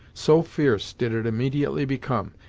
so fierce did it immediately become,